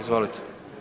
Izvolite.